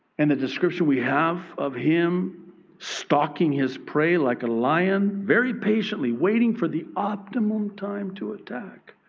and the description we have of him stalking his prey like a lion, very patiently waiting for the optimum time to attack.